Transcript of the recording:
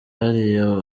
hariya